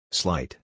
slight